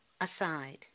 aside